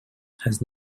has